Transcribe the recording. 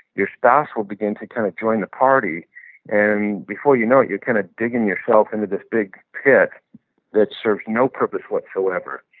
your spouse will begin to kind of join the party and before you know it, you're kind of digging yourself into this big pit that serves no purpose whatsoever.